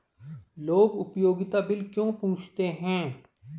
लोग उपयोगिता बिल क्यों पूछते हैं?